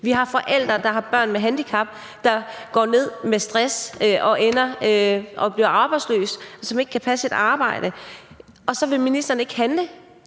Vi har forældre, der har børn med handicap, der går ned med stress og bliver arbejdsløse, fordi de ikke kan passe et arbejde. Og så vil ministeren ikke handle.